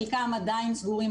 חלקם עדיין סגורים.